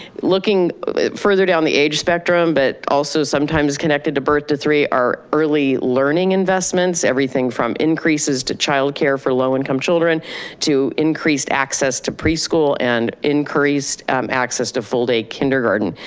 looking further down the age spectrum, but also sometimes connected to birth to three our early learning investments, everything from increases to childcare for low income children to increased access to preschool and increased um access to full day kindergarten.